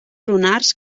lunars